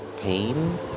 pain